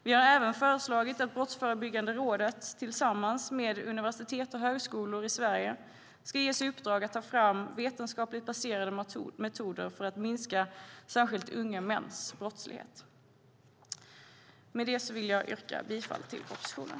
Vi har även föreslagit att Brottsförebyggande rådet tillsammans med universitet och högskolor i Sverige ska ges i uppdrag att ta fram vetenskapligt baserade metoder för att minska särskilt unga mäns brottslighet. Med det yrkar jag bifall till propositionen.